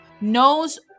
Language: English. knows